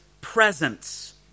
presence